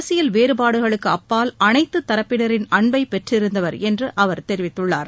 அரசியல் வேறுபாடுகளுக்கு அப்பால் அனைத்து தரப்பினரின் அன்பை பெற்றிருந்தவர் என்று அவர் தெரிவித்துள்ளார்